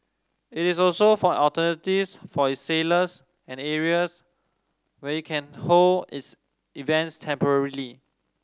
it is also for alternatives for its sailors and areas where can hold its events temporarily